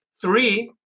Three